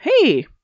hey